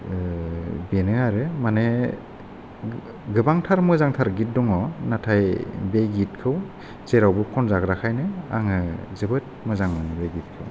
बेनो आरो माने गोबांथार मोजांथार गित दङ' नाथाइ बे गितखौ जेरावबो खनजाग्राखायनो आङो जोबोद मोजां मोनो बे गितखौ